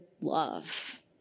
love